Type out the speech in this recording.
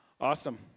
awesome